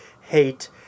hate